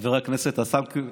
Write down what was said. חבר הכנסת עסאקלה,